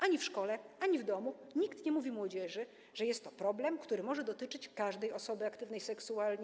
Ani w szkole, ani w domu nikt nie mówi młodzieży, że jest to problem, który może dotyczyć każdej osoby aktywnej seksualnie.